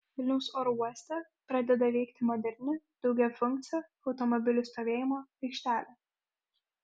vilniaus oro uoste pradeda veikti moderni daugiafunkcė automobilių stovėjimo aikštelė